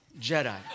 Jedi